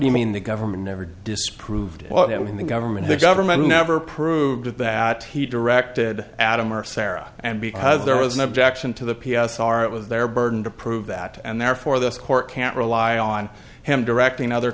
do you mean the government never disproved well when the government the government never proved that he directed adam or sarah and because there was an objection to the p s r it was their burden to prove that and therefore this court can't rely on him directing other